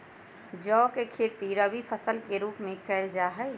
जौ के खेती रवि फसल के रूप में कइल जा हई